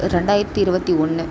ரெண்டாயிரத்தி இருபத்தி ஒன்று